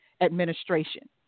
Administration